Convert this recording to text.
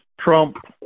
Trump